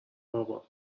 بابا